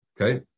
Okay